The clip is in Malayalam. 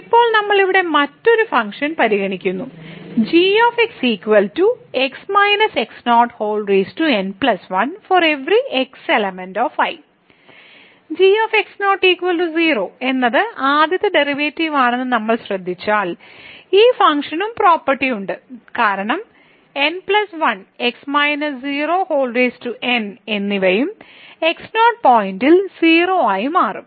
ഇപ്പോൾ നമ്മൾ ഇവിടെ മറ്റൊരു ഫങ്ക്ഷൻ പരിഗണിക്കുന്നു g 0 എന്നത് ആദ്യത്തെ ഡെറിവേറ്റീവ് ആണെന്ന് നമ്മൾ ശ്രദ്ധിച്ചാൽ ഈ ഫംഗ്ഷനും പ്രോപ്പർട്ടി ഉണ്ട് കാരണം n 1 x - 0n എന്നിവയും x0 പോയിന്റിൽ 0 ആയി മാറും